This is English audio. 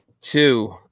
Two